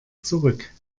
zurück